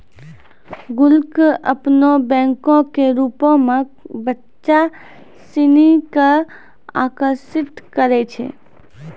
गुल्लक अपनो बैंको के रुपो मे बच्चा सिनी के आकर्षित करै छै